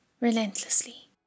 relentlessly